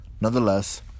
Nonetheless